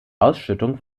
ausschüttung